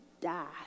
die